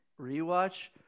rewatch